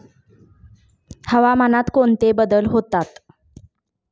हवामानात कोणते बदल होतात?